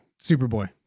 Superboy